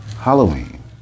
Halloween